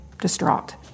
distraught